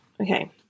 Okay